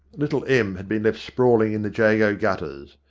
little em had been left sprawling in the jago gutters.